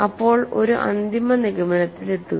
അപ്പോൾ ഒരു അന്തിമ നിഗമനത്തിലെത്തുക